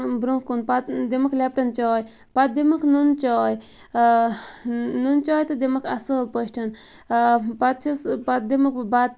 برونٛہہ کُن پَتہٕ دِمَکھ لیٚپٹَن چاے پَتہٕ دِمَکھ نُنہٕ چاے نُنہٕ چاے تہِ دِمَکھ اصٕل پٲٹھۍ پَتہٕ چھَس پَتہٕ دِمَکھ بہٕ بَتہٕ